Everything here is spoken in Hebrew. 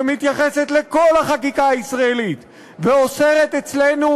שמתייחסת לכל החקיקה הישראלית ואוסרת אצלנו